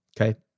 okay